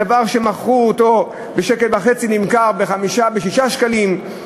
דבר שמכרו אותו ב-1.5 שקל נמכר ב-5 6 שקלים,